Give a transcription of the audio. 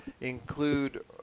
include